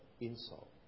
insult